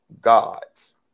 gods